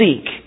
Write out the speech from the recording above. seek